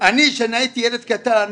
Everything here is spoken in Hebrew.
כשאני הייתי ילד קטן,